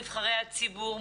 נבחרי הציבור,